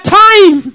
time